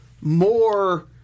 more